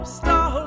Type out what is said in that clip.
star